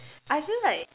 I feel like